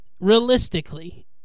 Realistically